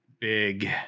big